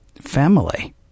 family